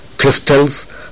crystals